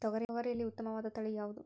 ತೊಗರಿಯಲ್ಲಿ ಉತ್ತಮವಾದ ತಳಿ ಯಾವುದು?